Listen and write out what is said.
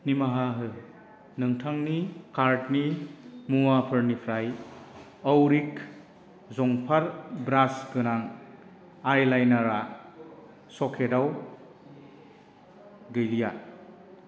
निमाहा हो नोंथांनि कार्टनि मुवाफोरनिफ्राय औरिक जंफार ब्रास गोनां आइलाइनारआ स्ट'कआव गैलिया